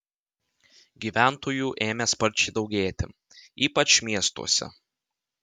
gyventojų ėmė sparčiai daugėti ypač miestuose